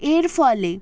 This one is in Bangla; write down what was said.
এর ফলে